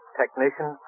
technician